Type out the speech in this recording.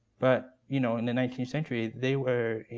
but you know in the nineteenth century, they were